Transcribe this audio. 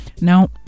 now